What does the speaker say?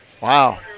Wow